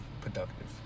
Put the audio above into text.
productive